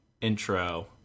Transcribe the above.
Intro